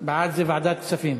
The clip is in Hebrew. בעד זה ועדת כספים.